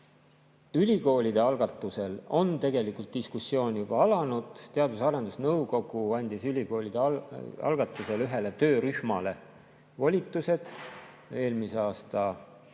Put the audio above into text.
Ülikoolide algatusel on tegelikult diskussioon juba alanud. Teadus- ja Arendusnõukogu andis ülikoolide algatusel ühele töörühmale eelmise aasta suve